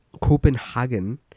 Copenhagen